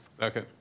Okay